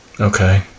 Okay